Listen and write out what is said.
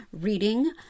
reading